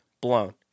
Blown